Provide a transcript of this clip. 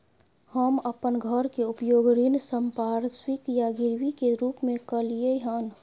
हम अपन घर के उपयोग ऋण संपार्श्विक या गिरवी के रूप में कलियै हन